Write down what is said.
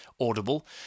audible